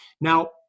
now